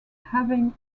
having